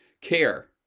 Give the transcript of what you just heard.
care